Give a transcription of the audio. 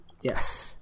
Yes